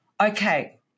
okay